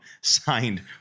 signed